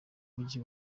mujyi